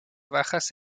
bajas